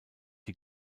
die